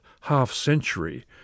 half-century